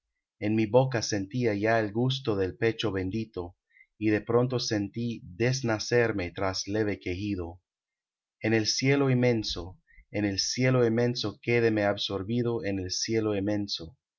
en mi boca sentía ya el gusto del pecho bendito y de pronto sentí desnacerme tras leve quejido en el cielo inmenso en el cielo inmenso quédeme absorbido en el cielo inmenso